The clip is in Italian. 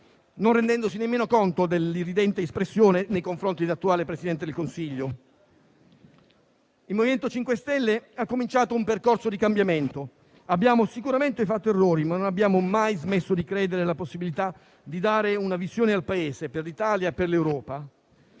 non rendendosi nemmeno conto dell'irridente espressione nei confronti dell'attuale Presidente del Consiglio. Il MoVimento 5 Stelle ha cominciato un percorso di cambiamento. Abbiamo sicuramente fatto errori, ma non abbiamo mai smesso di credere alla possibilità di dare una visione al Paese, per l'Italia e per l'Europa.